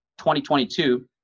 2022